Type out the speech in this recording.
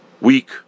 weak